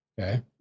Okay